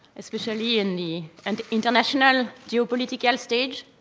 especially in the and international geopolitical stage.